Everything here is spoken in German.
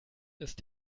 ist